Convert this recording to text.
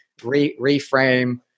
reframe